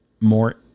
more